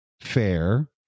fair